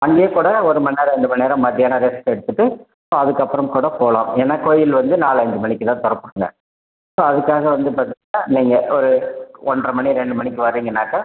அங்கேயே கூட ஒருமணி நேரம் ரெண்டுமணி நேரம் மத்தியானம் ரெஸ்ட் எடுத்துகிட்டு ஸோ அதுக்கப்புறம் கூட போகலாம் ஏன்னால் கோவில் வந்து நாலு அஞ்சு மணிக்கு தான் திறப்பாங்க ஸோ அதுக்காக வந்து பார்த்தீங்கன்னா நீங்கள் ஒரு ஒன்றை மணி ரெண்டு மணிக்கு வரீங்கனாக்க